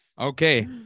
Okay